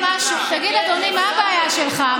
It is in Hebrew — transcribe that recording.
תגיד, אדוני, מה הבעיה שלך?